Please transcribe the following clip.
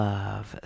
Love